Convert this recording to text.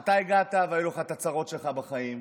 אתה הגעת, והיו לך את הצרות שלך בחיים.